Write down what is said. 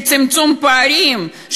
של צמצום פערים,